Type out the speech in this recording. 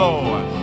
Lord